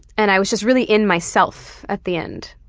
and i was just really in myself at the end.